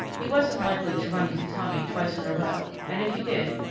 he wasn't likely to run into tommy twice in a row, and if he did,